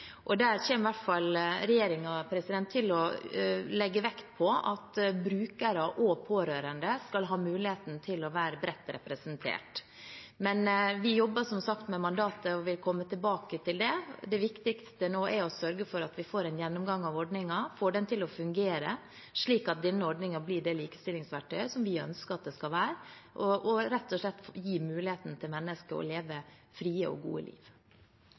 og i den forbindelse kommer i hvert fall regjeringen til å legge vekt på at brukere og pårørende skal ha mulighet til å være bredt representert. Vi jobber som sagt med mandatet og vil komme tilbake til det. Det viktigste nå er å sørge for at vi får en gjennomgang av ordningen og får den til å fungere, slik at denne ordningen blir det likestillingsverktøyet som vi ønsker at den skal være – rett og slett en mulighet for mennesker til å leve frie og gode liv.